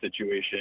situation